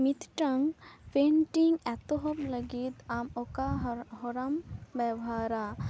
ᱢᱤᱫᱴᱟᱝ ᱯᱮᱱᱴᱤᱝ ᱮᱛᱚᱦᱚᱵ ᱞᱟᱹᱜᱤᱫ ᱟᱢ ᱚᱠᱟ ᱦᱚᱨᱟᱢ ᱵᱮᱵᱚᱦᱟᱨᱟ